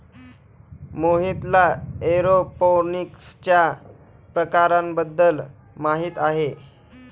मोहितला एरोपोनिक्सच्या प्रकारांबद्दल माहिती आहे